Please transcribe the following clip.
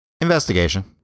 Investigation